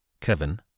Kevin